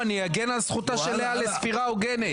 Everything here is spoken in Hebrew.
על זכותה של לאה לספירה הוגנת.